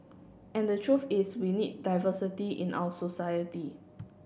and the truth is we need diversity in our society